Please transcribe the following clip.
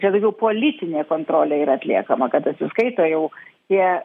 čia daugiau politinė kontrolė yra atliekama kad atsiskaito jau tie